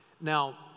Now